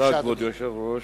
כבוד היושב-ראש,